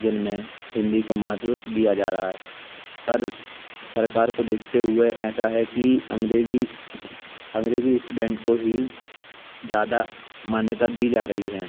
जिन में हिन्दी काे महत्व दिया जा रहा है पर सरकार को देखते हुए ऐसा है कि अंग्रेज़ी अंग्रेज़ी इस्टुडेंट को ही ज़्यादा मान्यता दी जा रही है